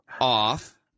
off